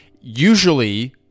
usually